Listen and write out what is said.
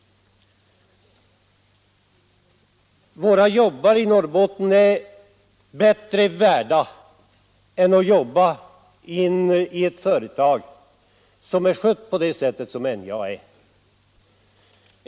Våra jobbare i Norrbotten är bättre värda än att arbeta i ett företag som är skött så som NJA har skötts.